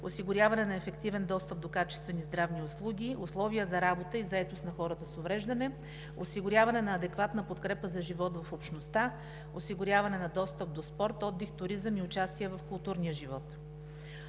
осигуряване на ефективен достъп до качествени здравни услуги; условия за работа и заетост на хората с увреждане; осигуряване на адекватна подкрепа за живот в общността; осигуряване на достъп до спорт, отдих, туризъм и участие в културния живот.